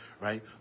Right